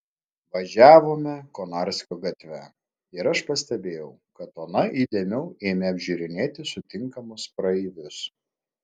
važiavome konarskio gatve ir aš pastebėjau kad ona įdėmiau ėmė apžiūrinėti sutinkamus praeivius